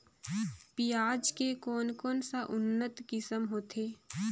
पियाज के कोन कोन सा उन्नत किसम होथे?